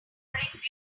beautifully